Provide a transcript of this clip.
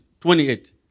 28